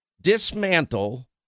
dismantle